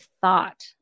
thought